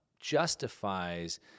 justifies